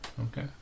Okay